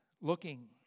looking